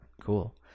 Cool